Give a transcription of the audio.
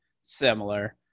similar